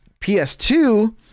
ps2